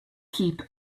keep